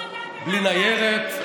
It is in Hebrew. בלי ניירת,